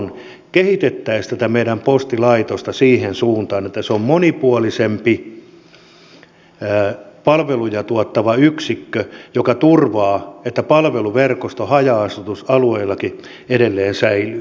kehitettäisiin tätä meidän postilaitostamme siihen suuntaan että se on monipuolisempi palveluja tuottava yksikkö joka turvaa että palveluverkosto haja asutusalueillakin edelleen säilyy